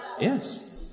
Yes